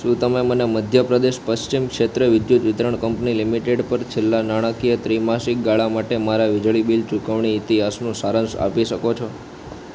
શું તમે મને મધ્યપ્રદેશ પશ્ચિમ ક્ષેત્ર વિદ્યુત વિતરણ કંપની લિમિટેડ પર છેલ્લા નાણાકીય ત્રિમાસિક ગાળા માટે મારા વીજળી બિલ ચૂકવણી ઈતિહાસનો સારાંશ આપી શકો છો